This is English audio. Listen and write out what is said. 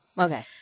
Okay